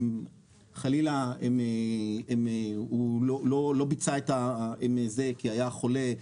חלילה הוא לא ביצע את הזה כי הוא היה חולה,